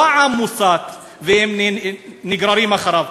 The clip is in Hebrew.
לא העם מוסת והם נגררים אחריו,